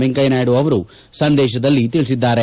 ವೆಂಕಯ್ಯನಾಯ್ಡು ಅವರು ಸಂದೇಶದಲ್ಲಿ ತಿಳಿಸಿದ್ದಾರೆ